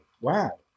Wow